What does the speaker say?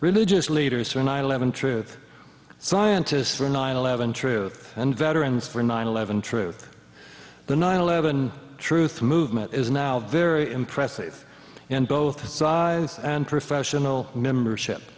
religious leaders for nine eleven truth scientists for nine eleven truth and veterans for nine eleven truth the nine eleven truth movement is now very impressive in both science and professional membership